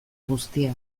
guztia